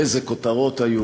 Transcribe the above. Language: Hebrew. איזה כותרות היו: